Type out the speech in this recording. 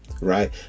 right